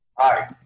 Hi